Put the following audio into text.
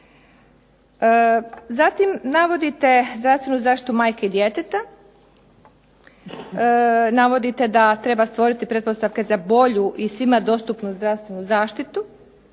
Zatim navodite zdravstvenu zaštitu majke i djeteta, navodite da treba stvoriti pretpostavke za bolju i svima dostupnu zdravstvenu zaštitu.